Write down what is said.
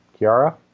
Kiara